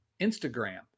Instagram